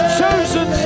chosen